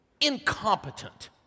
Incompetent